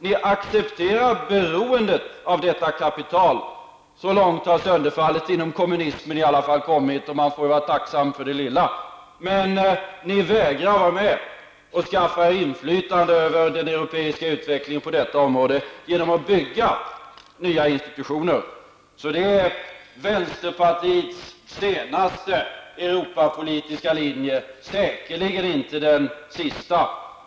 Ni accepterar beroendet av detta kapital -- så långt har sönderfallet inom kommunismen i alla fall kommit, och man får ju vara tacksam för det lilla -- men ni vägrar att vara med och skaffa er inflytande på den europeiska utvecklingen på detta område genom att bygga nya institutioner. Det är vänsterpartiets senaste Europapolitiska linje -- säkerligen inte den sista.